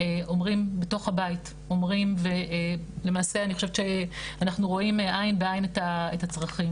אומרים בתוך הבית ולמעשה אני חושבת שאנחנו רואים עין בעין את הצרכים.